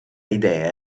idee